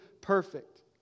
perfect